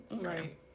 Right